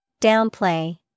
Downplay